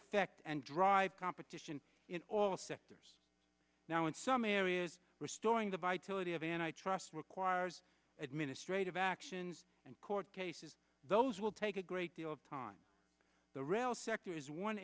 effect and drive competition in all sectors now in some areas restoring the vitality of antitrust requires administrative actions and court cases those will take a great deal of time the real sector is one